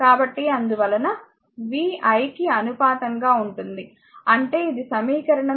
కాబట్టి అందువలన v i కి అనుపాతం గా ఉంటుంది అంటే ఇది సమీకరణం 2 2